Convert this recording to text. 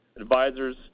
advisors